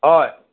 হয়